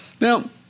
Now